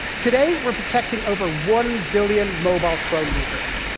today, we're protecting over one billion mobile chrome users.